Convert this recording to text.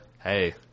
hey